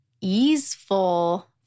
easeful